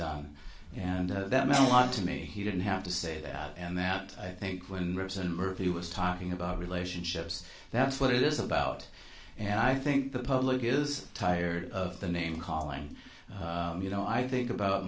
done and that meant a lot to me he didn't have to say that and that i think when ross and murphy was talking about relationships that's what it is about and i think the public hears tired of the name calling you know i think about